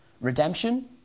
Redemption